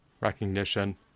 recognition